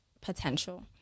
potential